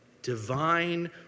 divine